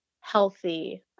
healthy